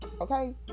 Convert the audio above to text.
okay